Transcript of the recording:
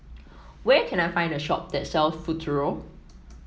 where can I find a shop that sells Futuro